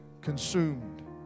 consumed